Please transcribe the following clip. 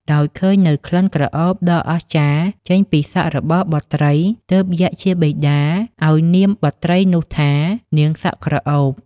ដោយឃើញនូវក្លិនក្រអូបដ៏អស្ចារ្យចេញពីសក់របស់បុត្រីទើបយក្សជាបិតាឲ្យនាមបុត្រីនោះថា "នាងសក់ក្រអូប"។